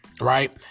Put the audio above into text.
right